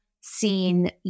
seen